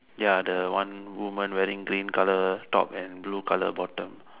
ya the one woman wearing green color top and blue color bottom